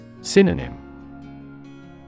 Synonym